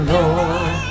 Lord